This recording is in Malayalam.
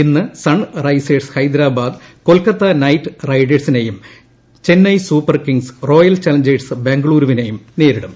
ഇന്ന് സൺറൈസേഴ്സ് ഹൈദ്രാബാദും കൊൽക്കത്ത നൈറ്റ് റൈഡേ ഴ്സിനെയും Chennai super kings royal challengers ബാംഗ്ലൂരിനേയും നേരിടും